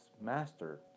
master